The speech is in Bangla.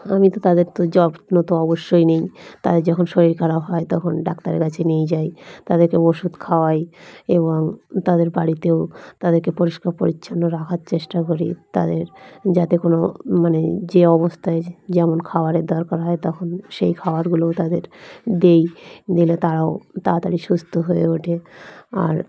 আমি তো তাদের তো যত্ন তো অবশ্যই নিই তাদের যখন শরীর খারাপ হয় তখন ডাক্তারের কাছে নিয়ে যাই তাদেরকে ওষুধ খাওয়াই এবং তাদের বাড়িতেও তাদেরকে পরিষ্কার পরিচ্ছন্ন রাখার চেষ্টা করি তাদের যাতে কোনো মানে যে অবস্থায় যেমন খাবারের দরকার হয় তখন সেই খাবারগুলোও তাদের দিই দিলে তারাও তাড়াতাড়ি সুস্থ হয়ে ওঠে আর